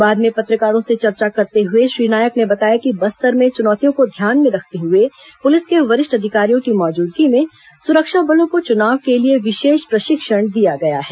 बाद में पत्रकारों से चर्चा करते हुए श्री नायक ने बताया कि बस्तर में चुनौतियों को ध्यान में रखते हुए पुलिस के वरिष्ठ अधिकारियों की मौजूदगी में सुरक्षा बलों को चुनाव के लिए विशेष प्रशिक्षण दिया गया है